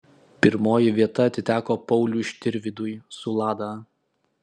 pirmoji vieta atiteko pauliui štirvydui su lada